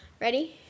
Ready